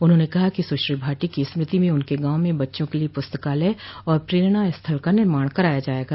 उन्होंने कहा कि सुश्री भाटी की स्मृति में उनके गांव में बच्चों के लिए पुस्तकालय और प्रेरणा स्थल का निर्माण कराया जायेगा